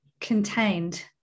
contained